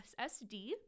SSD